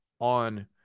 on